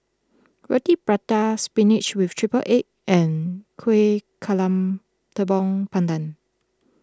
Roti Prata Spinach with Triple Egg and Kueh Talam Tepong Pandan